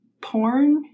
porn